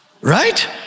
right